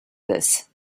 this